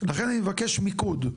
לכן אני מבקש מיקוד.